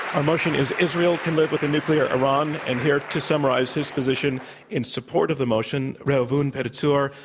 our motion is israel can live with a nuclear iran. and here to summarize his position in support of the motion, reuven pedatzur,